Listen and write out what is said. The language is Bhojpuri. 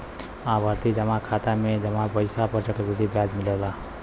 आवर्ती जमा खाता में जमा पइसा पर चक्रवृद्धि ब्याज मिलला